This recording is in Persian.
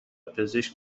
پزشک